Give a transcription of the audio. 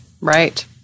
Right